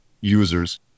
users